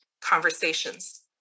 conversations